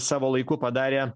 savo laiku padarė